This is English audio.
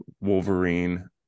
Wolverine